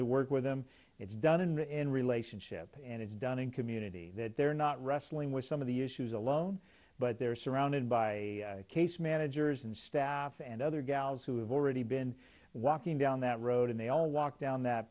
to work with them it's done in the end relationship and it's done in community that they're not wrestling with some of the issues alone but they're surrounded by case managers and staff and other gals who have already been walking down that road and they all walk down that